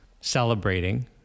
celebrating